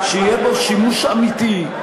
שיהיה בו שימוש אמיתי,